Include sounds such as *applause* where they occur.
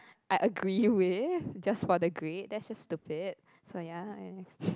I agree with just for the grade that's just stupid so ya *noise*